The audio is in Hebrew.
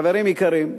חברים יקרים,